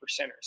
percenters